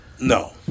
No